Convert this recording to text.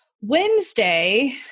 Wednesday